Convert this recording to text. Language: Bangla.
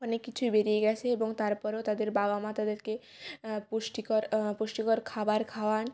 অনেক কিছুই বেড়িয়ে গেছে এবং তারপরেও তাদের বাবা মা তাদেরকে পুষ্টিকর পুষ্টিকর খাবার খাওয়ান